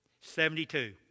Seventy-two